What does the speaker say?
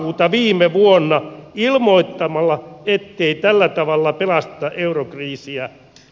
lokakuuta viime vuonna ilmoittamalla ettei tällä tavalla pelasteta eurokriisiä